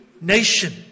nation